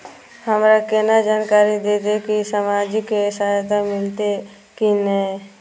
हमरा केना जानकारी देते की सामाजिक सहायता मिलते की ने?